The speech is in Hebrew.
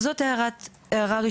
אז זו הערה ראשונה.